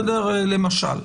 למשל,